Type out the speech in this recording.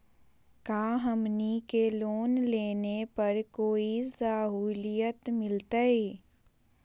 का हमनी के लोन लेने पर कोई साहुलियत मिलतइ?